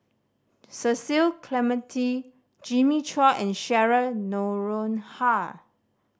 Cecil Clementi Jimmy Chua and Cheryl Noronha